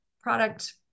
product